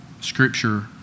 Scripture